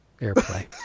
airplay